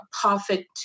profit